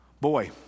Boy